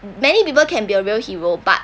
mm many people can be a real hero but